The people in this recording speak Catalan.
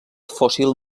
fòssil